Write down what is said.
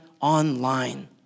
online